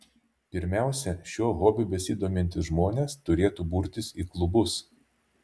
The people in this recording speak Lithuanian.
pirmiausia šiuo hobiu besidomintys žmonės turėtų burtis į klubus